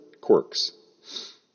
quirks